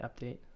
update